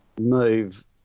move